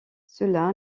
cela